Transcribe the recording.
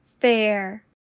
fair